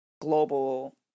global